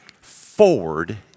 forward